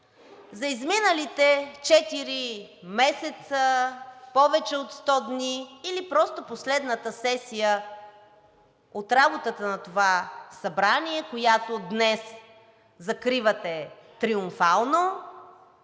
За изминалите четири месеца, повече от 100 дни или просто последната сесия от работата на това Събрание, която днес закривате триумфално